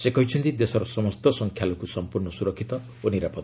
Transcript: ସେ କହିଛନ୍ତି ଦେଶର ସମସ୍ତ ସଂଖ୍ୟାଲଘୁ ସମ୍ପର୍ଣ୍ଣ ସୁରକ୍ଷିତ ଓ ନିରାପଦ